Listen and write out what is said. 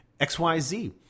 XYZ